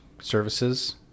services